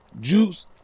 juice